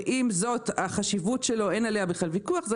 ויחד עם זאת אין כל ויכוח על החשיבות שלו,